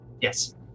Yes